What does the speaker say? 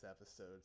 episode